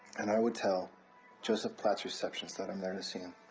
and i would tell joseph platts' receptionist that i'm there to see him.